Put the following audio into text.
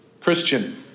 Christian